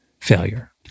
failure